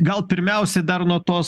gal pirmiausia dar nuo tos